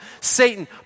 Satan